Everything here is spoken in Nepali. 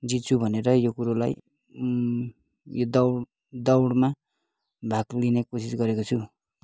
जित्छु भनेर यो कुरालाई यो दौड दोडमा भाग लिने कोसिस गरेको छु